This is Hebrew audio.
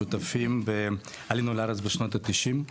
עלינו לארץ בשנות התשעים,